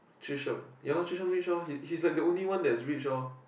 Zhi-Sheng ya lor Zhi-Sheng rich lor he he's like the one that is rich lor